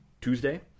Tuesday